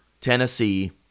Tennessee